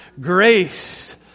grace